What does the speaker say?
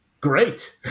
great